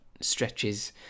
stretches